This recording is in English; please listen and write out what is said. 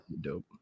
dope